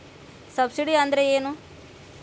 Subsidy ಅಂದ್ರೆ ಏನು?